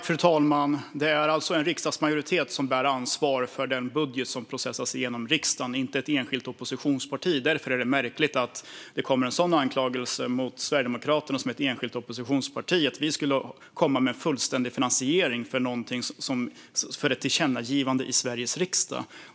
Fru talman! Det är alltså en riksdagsmajoritet som bär ansvaret för den budget som processas genom riksdagen, inte ett enskilt oppositionsparti. Därför är det märkligt att det kommer ett sådant krav på Sverigedemokraterna som enskilt oppositionsparti - att vi skulle komma med fullständig finansiering för ett tillkännagivande i Sveriges riksdag.